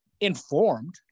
informed